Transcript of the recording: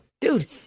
Dude